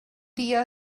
dia